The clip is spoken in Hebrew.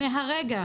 מהרגע